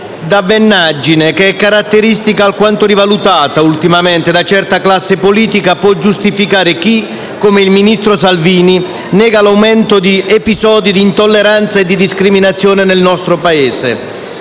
la peggior dabbenaggine, che è caratteristica alquanto rivalutata ultimamente da certa classe politica, può giustificare chi, come il ministro Salvini, nega l'aumento di episodi di intolleranza e di discriminazione nel nostro Paese.